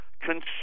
Consumers